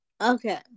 Okay